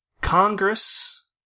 Congress